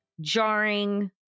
jarring